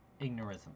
Ignorism